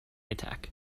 attack